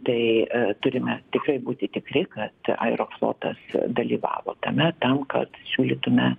tai turime tikrai būti tikri kad airoflotas dalyvavo tame tam kad siūlytume